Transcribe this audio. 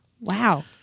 Wow